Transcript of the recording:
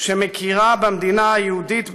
שמכירה במדינה היהודית,